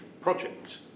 project